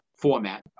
format